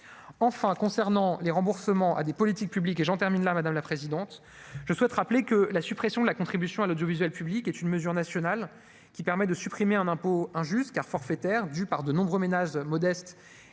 enfin concernant les remboursements à des politiques publiques et j'en termine là, madame la présidente, je souhaite rappeler que la suppression de la contribution à l'audiovisuel public est une mesure nationale qui permet de supprimer un impôt injuste car forfaitaire due par de nombreux ménages modestes